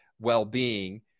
well-being